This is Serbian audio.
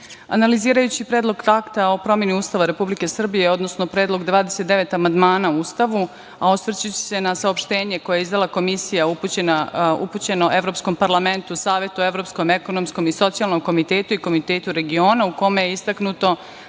analizirajući predlog akta o promeni Ustava Republike Srbije, odnosno predlog 29 amandmana u Ustavu, a osvrćući se na saopštenje koje je izdala Komisija, a upućeno je Evropskom parlamentu, Savetu evropskom, ekonomskom i socijalnom komitetu i Komitetu regiona u kome je istaknuto